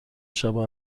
شبو